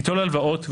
ליטול הלוואות,